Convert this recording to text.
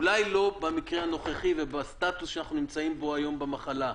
אולי לא במקרה הנוכחי ובסטטוס שאנחנו נמצאים בו היום במחלה,